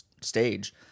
stage